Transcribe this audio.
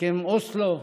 הסכם אוסלו,